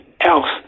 else